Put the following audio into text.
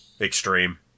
Extreme